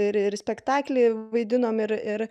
ir ir spektaklį vaidinom ir ir